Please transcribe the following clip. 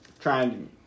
trying